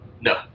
No